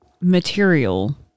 material